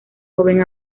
joven